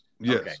Yes